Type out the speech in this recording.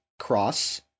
cross